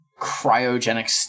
Cryogenic